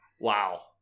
Wow